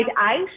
out